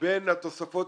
בין התוספות,